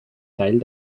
teil